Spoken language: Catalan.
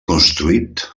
construït